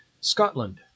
Scotland